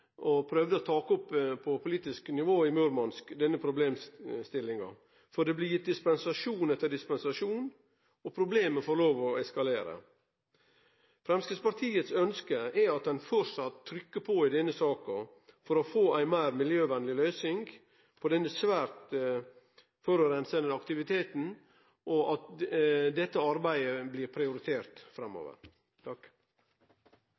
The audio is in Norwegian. og prøvde å ta opp denne problemstillinga på politisk nivå i Murmansk, for det blir gitt dispensasjon etter dispensasjon, og problemet får lov til å eskalere. Framstegspartiet sitt ønske er at ein held fram med å trykkje på i denne saka for å få ei meir miljøvennleg løysing på denne svært forureinande aktiviteten, og at dette arbeidet blir prioritert